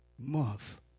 Month